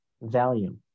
value